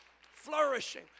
flourishing